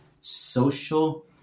social